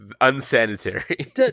unsanitary